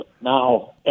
now